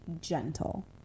gentle